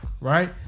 right